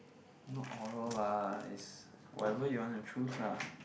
not oral lah is whatever you want to choose lah